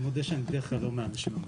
אני מודה שאני בדרך כלל לא מהאנשים המחייכים.